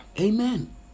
Amen